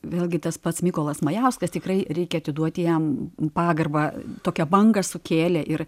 vėlgi tas pats mykolas majauskas tikrai reikia atiduoti jam pagarbą tokią bangą sukėlė ir